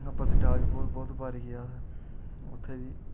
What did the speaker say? पत्नीटाप बी बोह्त बोह्त बारी गे अस उत्थें बी